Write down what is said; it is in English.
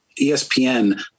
ESPN